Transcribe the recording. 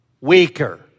weaker